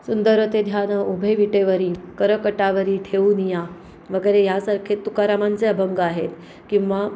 सुंदर ते ध्यान उभे विटेवरी कर कटावरी ठेवूनिया वगैरे यासारखे तुकारामांचे अभंग आहेत किंवा